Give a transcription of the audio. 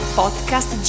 podcast